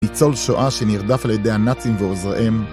ניצול שואה שנרדף על ידי הנאצים ועוזריהם